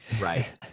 Right